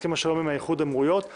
הסכם השלום עם איחוד האמירויות,